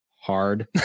hard